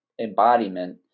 embodiment